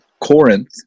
Corinth